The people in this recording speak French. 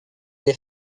des